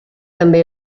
també